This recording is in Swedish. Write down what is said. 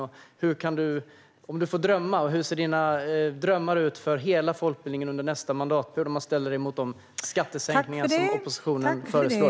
Om du får drömma, Anna Ekström, hur ser dina drömmar ut för hela folkbildningen under nästa mandatperiod om man ställer den mot de skattesänkningar som oppositionen föreslår?